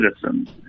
citizens